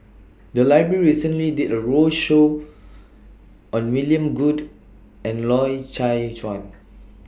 The Library recently did A roadshow on William Goode and Loy Chye Chuan